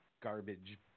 garbage